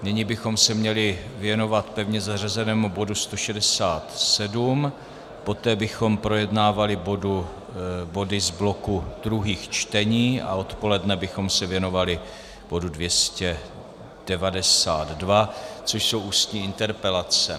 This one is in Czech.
Nyní bychom se měli věnovat pevně zařazenému bodu 167, poté bychom projednávali body z bloku druhých čtení a odpoledne bychom se věnovali bodu 292, což jsou ústní interpelace.